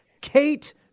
Kate